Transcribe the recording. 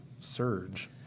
Surge